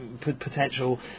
potential